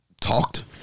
talked